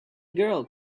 girl